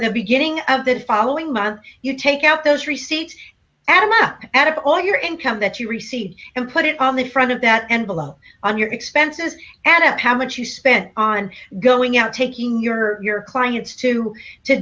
the beginning of the following month you take out those receipts and not at all your income that you received and put it on the front of that envelope on your expenses add up how much you spent on going out taking your clients to to